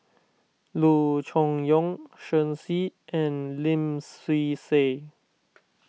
Loo Choon Yong Shen Xi and Lim Swee Say